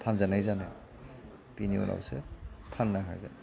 फानजानाय जानो बेनि उनावसो फाननो हागोन